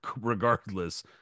regardless